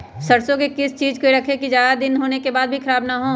सरसो को किस चीज में रखे की ज्यादा दिन होने के बाद भी ख़राब ना हो?